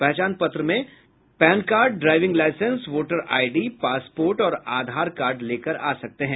पहचान पत्र में PAN card driving licence voter ID passport और आधार कार्ड लेकर आ सकते हैं